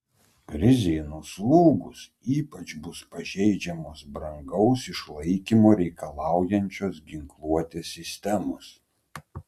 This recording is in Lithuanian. krizei nuslūgus ypač bus pažeidžiamos brangaus išlaikymo reikalaujančios ginkluotės sistemos